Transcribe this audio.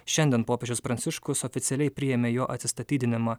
šiandien popiežius pranciškus oficialiai priėmė jo atsistatydinimą